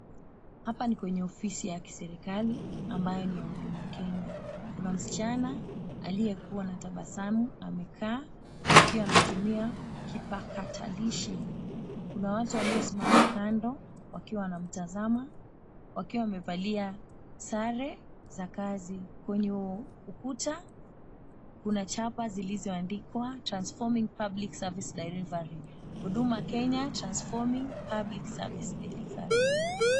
Hapa ni kwenye ofisi ya kiserikali, ambayo ni ya Huduma Kenya. Kuna msichana aliyekuwa na tabasamu amekaa, akiwa anatumia kipakatalishi. Kuna watu waliosimama kando wakiwa wanamtazama, wakiwa wamevalia sare za kazi. Kwenye ukuta kuna chapa zilizoandikwa, "Transforming Public Service Delivery. Huduma Kenya Transforming Public Service Delivery."